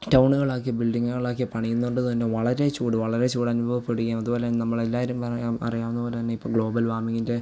ടൗണുകളാക്കി ബിൽഡിംഗുകളാക്കി പണിയുന്നതുകൊണ്ട് തന്നെ വളരെ ചൂട് വളരെ ചൂട് അനുഭവപ്പെടുകയും അതുപോലെ നമ്മൾ എല്ലാവരും പറയും അറിയാവുന്നത് പോലെ തന്നെ ഇപ്പം ഗ്ലോബൽ വാർമിംഗിൻ്റെ